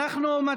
חברי הכנסת,